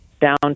down